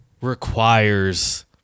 requires